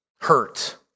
hurt